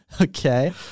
Okay